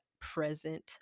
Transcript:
present